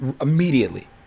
immediately